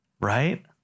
right